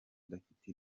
adafite